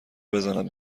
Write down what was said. بزنم